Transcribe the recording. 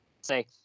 say